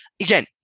again